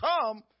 come